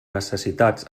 necessitats